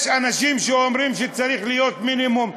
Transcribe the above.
יש אנשים שאומרים שצריך להיות מינימום 100,